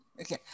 Okay